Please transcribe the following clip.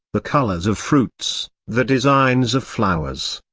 the colors of fruits, the designs of flowers,